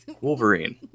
Wolverine